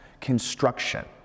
Construction